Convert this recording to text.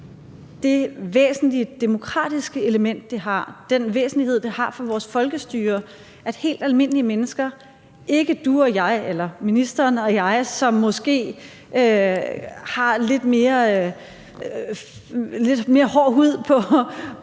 den væsentlighed, det har for vores folkestyre og for helt almindelige mennesker – ikke ministeren og jeg, som måske har lidt mere hård hud på